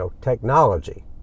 technology